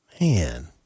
Man